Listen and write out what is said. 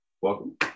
Welcome